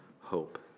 hope